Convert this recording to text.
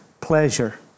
pleasure